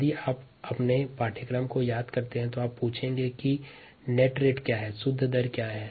यदि आपने पाठ्यक्रम को ध्यान दिया हैं तब आप पूछेंगे कि शुद्ध दर क्या है